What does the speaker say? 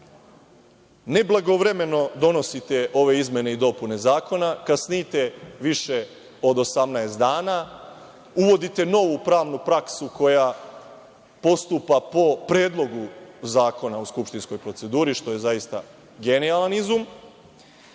neblagovremeno donosite ove izmene i dopune zakona, kasnite više od 18 dana, uvodite novu pravnu praksu koja postupa po predlogu zakona u skupštinskoj proceduri, što je zaista genijalan izum,